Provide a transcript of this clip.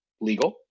legal